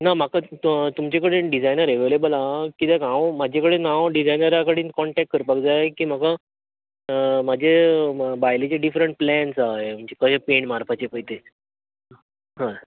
ना म्हाका तुमचे कडेन डिजायनर अवेलेबल आहा कित्याक हांव म्हजे कडेन ना म्हाका डिजायनराक कॉन्टेक्ट करपाक जाय की म्हाका म्हजे बायलेचे डिफरन्ट प्लेन्स आसात म्हणजे कशे पेंट मारपाचे पळय ते हय